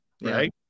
right